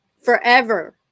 Forever